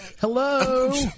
Hello